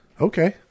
okay